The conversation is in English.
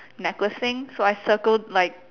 necklace thing so I circled like